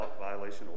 violation